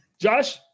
Josh